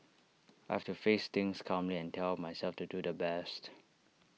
I have to face things calmly and tell myself to do the best